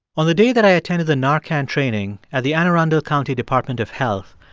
on the day that i attended the narcan training at the anne arundel county department of health,